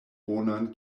bonan